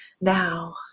now